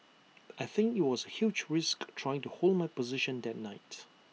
I think IT was A huge risk trying to hold my position that night